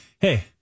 hey